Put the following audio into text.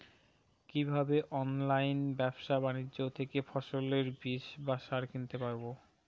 কীভাবে অনলাইন ব্যাবসা বাণিজ্য থেকে ফসলের বীজ বা সার কিনতে পারবো?